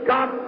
God